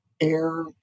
air